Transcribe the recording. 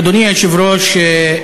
אדוני היושב-ראש,